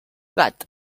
gat